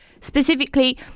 Specifically